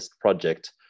project